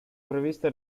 previste